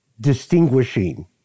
distinguishing